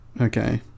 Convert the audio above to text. okay